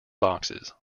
boxes